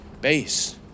base